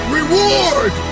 reward